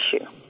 issue